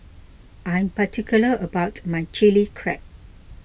I am particular about my Chilli Crab